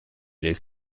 del